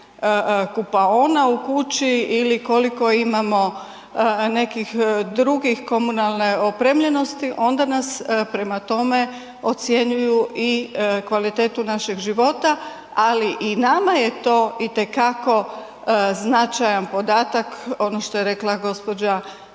kupaona u kući ili koliko imao nekih drugih komunalne opremljenosti onda nas prema tome ocjenjuju i kvalitetu našeg života. Ali i nama je to itekako značajan podatak, ono što je rekla gospođa